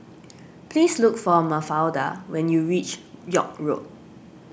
please look for Mafalda when you reach York Road